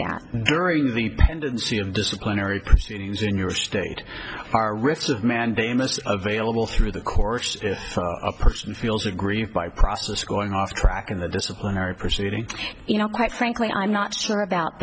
that during the pendency of disciplinary proceedings in your state are risks of mandamus available through the courts for a person feels aggrieved by process going off track in the disciplinary proceeding you know quite frankly i'm not sure about